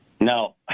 No